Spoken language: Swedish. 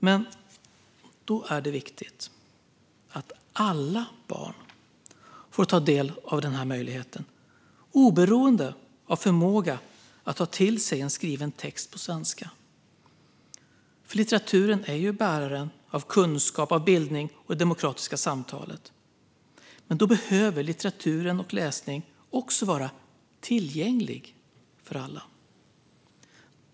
Men då är det viktigt att alla barn får ta del av denna möjlighet, oberoende av förmåga att ta till sig en skriven text på svenska. Litteraturen är ju bärare av kunskap, av bildning och av det demokratiska samtalet. Men då behöver litteraturen och läsning också vara tillgänglig för alla.